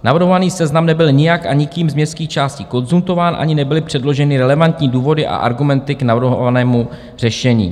Navrhovaný seznam nebyl nijak a nikým z městských částí konzultován, ani nebyly předloženy relevantní důvody a argumenty k navrhovanému řešení.